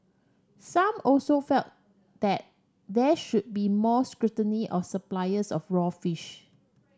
some also felt that there should be more scrutiny of suppliers of raw fish